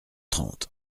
trente